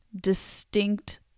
distinct